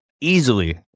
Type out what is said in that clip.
easily